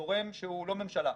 גורם שהוא לא ממשלה,